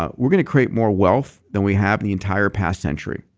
ah we're going to create more wealth than we have in the entire past century.